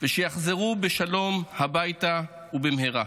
שיחזרו בשלום הביתה במהרה.